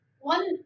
One